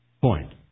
point